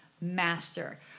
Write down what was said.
master